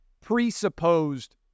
presupposed